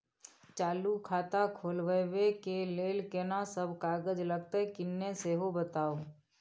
चालू खाता खोलवैबे के लेल केना सब कागज लगतै किन्ने सेहो बताऊ?